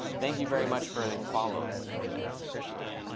thank you very much for the follows today. appreciate it.